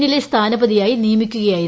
എന്നിലെ സ്ഥാനപതിയായി നിയമിക്കുകയായിരുന്നു